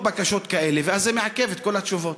בקשות כאלה ואז זה מעכב את כל התשובות.